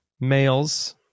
males